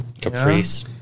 Caprice